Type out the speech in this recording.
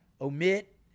omit